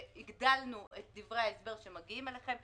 שהגדלנו את דברי ההסבר שמגיעים אליכם.